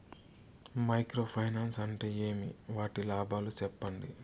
Micro finance అంటే ఏమి? వాటి లాభాలు సెప్పండి?